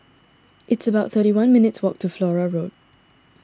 it's about thirty one minutes' walk to Flora Road